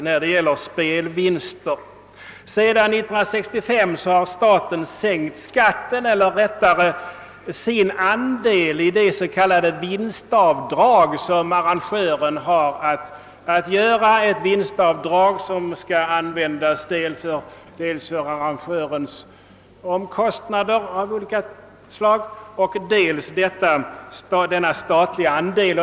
Sedan 1965 har staten sänkt sin andel i det s.k. vinstavdrag som arrangören har att göra, ett vinstavdrag som skall användas dels för att täcka arrangörens omkostnad av olika slag, dels för att ge staten en andel.